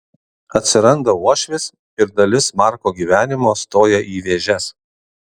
atsiranda uošvis ir dalis marko gyvenimo stoja į vėžes